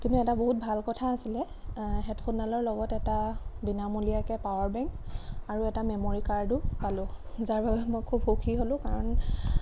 কিন্তু এটা বহুত ভাল কথা আছিলে হেডফোনডালৰ লগত এটা বিনামূলীয়াকৈ পাৱাৰ বেংক আৰু এটা মেম'ৰী কাৰ্ডো পালোঁ যাৰ বাবে মই খুব সুখী হ'লোঁ কাৰণ